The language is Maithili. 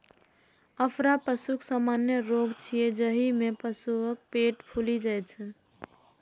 अफरा पशुक सामान्य रोग छियै, जाहि मे पशुक पेट फूलि जाइ छै